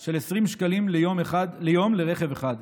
של 20 שקלים ליום, לרכב אחד,